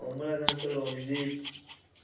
Kamalakanta Ranjit